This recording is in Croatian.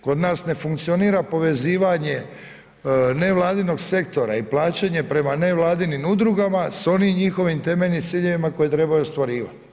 Kod nas ne funkcionira povezivanje ne vladinog sektora i plaćanje prema ne vladinim udrugama sa onim njihovim temeljnim ciljevima koje trebaju ostvarivati.